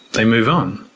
they move on.